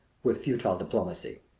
with futile diplomacy.